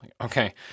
Okay